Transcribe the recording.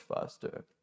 faster